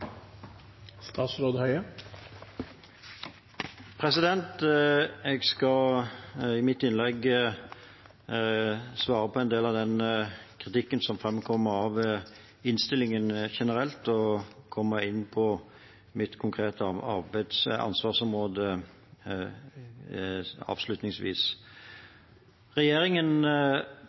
Jeg skal i mitt innlegg svare på en del av den kritikken som framkommer av innstillingen generelt, og komme inn på mitt konkrete ansvarsområde avslutningsvis. Regjeringen